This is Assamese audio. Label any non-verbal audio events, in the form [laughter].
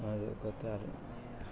[unintelligible]